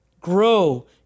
grow